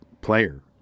player